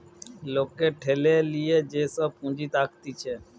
লোকের ঠেলে লিয়ে যে সব পুঁজি থাকতিছে